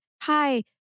hi